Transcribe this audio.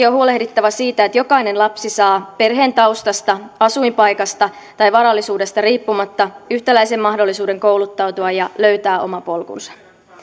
on huolehdittava siitä että jokainen lapsi saa perheen taustasta asuinpaikasta ja varallisuudesta riippumatta yhtäläisen mahdollisuuden kouluttautua ja löytää oma polkunsa